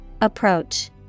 Approach